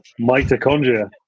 mitochondria